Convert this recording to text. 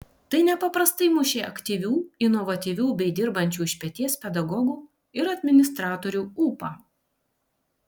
tai nepaprastai mušė aktyvių inovatyvių bei dirbančių iš peties pedagogų ir administratorių ūpą